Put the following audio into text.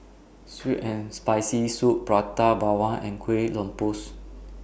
Sour and Spicy Soup Prata Bawang and Kueh Lopes